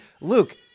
Luke